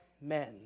men